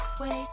wait